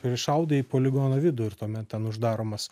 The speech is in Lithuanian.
ir šaudai į poligono vidų ir tuomet ten uždaromas